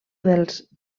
dels